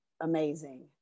amazing